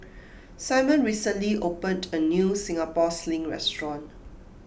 Simone recently opened a new Singapore Sling restaurant